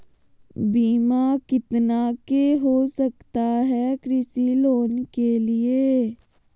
बीमा कितना के हो सकता है कृषि लोन के लिए?